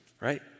right